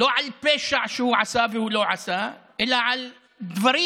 לא על פשע שהוא עשה, והוא לא עשה, אלא על דברים